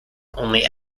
only